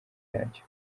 yacyo